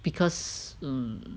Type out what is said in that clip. because mm